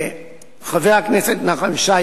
חבר הכנסת נחמן שי,